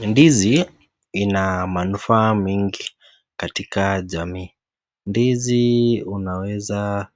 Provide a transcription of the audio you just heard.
Ndizi Ina manufaa mengi katika jamii. Ndizi unaweza